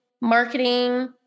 marketing